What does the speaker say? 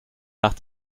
nach